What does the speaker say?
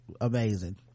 amazing